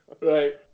right